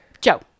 Joe